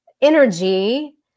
energy